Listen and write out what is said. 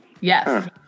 Yes